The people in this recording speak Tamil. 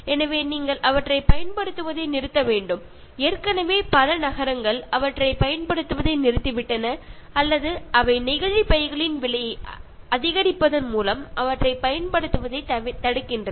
எனவே நீங்கள் அவற்றைப் பயன்படுத்துவதை நிறுத்த வேண்டும் ஏற்கனவே பல நகரங்கள் அவற்றை பயன்படுத்துவதை நிறுத்திவிட்டன அல்லது அவை நெகிழி பைகளின் விலையை அதிகரிப்பதன் மூலம் அவற்றைப் பயன்படுத்துவதைத் தடுக்கின்றன